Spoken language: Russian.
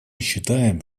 считаем